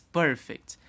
perfect